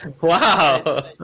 Wow